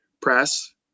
press